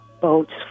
boats